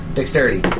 Dexterity